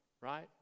right